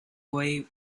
way